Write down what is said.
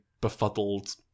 befuddled